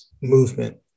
movement